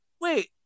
wait